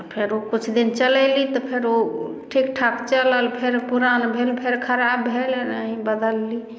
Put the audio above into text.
तऽ फेर ओ किछु दिन चलैली तऽ फेर ओ ठीक ठाक चलल फेर पुरान भेल फेर खराब भेल बदलली